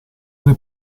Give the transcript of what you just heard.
tre